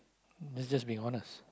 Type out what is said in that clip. that's just being honest